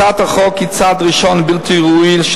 הצעת החוק היא צעד ראשון ובלתי ראוי של